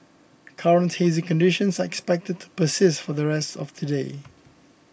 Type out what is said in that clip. current hazy conditions are expected to persist for the rest of today